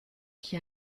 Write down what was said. qui